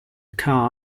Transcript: car